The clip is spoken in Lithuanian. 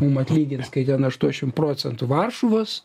mum atlygins kai ten aštuošim procentų varšuvos